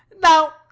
Now